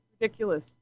ridiculous